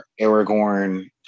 Aragorn